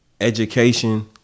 education